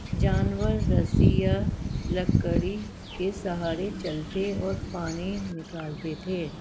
جانور رسی یا لکڑی کے سہارے چلتے اور پانی نکالتے تھے